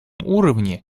уровне